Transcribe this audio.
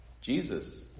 Jesus